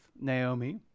Naomi